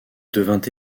devint